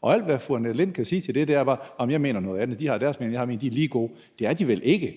Og alt, hvad fru Annette Lind kan sige til det, er: Jamen jeg mener noget andet; de har deres mening, og jeg har min; de er lige gode. Det er de vel ikke.